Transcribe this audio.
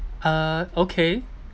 uh okay